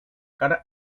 cara